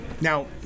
now